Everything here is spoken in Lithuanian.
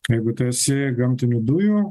jeigu tu esi gamtinių dujų